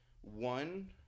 one